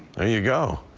there you go.